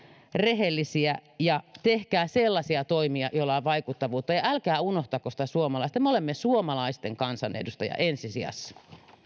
rehellisiä ja tehkää sellaisia toimia joilla on vaikuttavuutta ja älkää unohtako sitä suomalaista me olemme suomalaisten kansanedustajia ensi sijassa